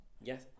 yes